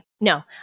No